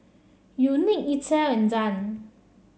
Unique Ethyl and Dann